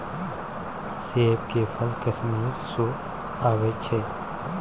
सेब के फल कश्मीर सँ अबई छै